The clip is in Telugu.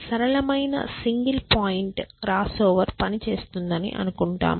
సరళమైన సింగిల్ పాయింట్ క్రాస్ఓవర్ పని చేస్తుందని అనుకుంటాము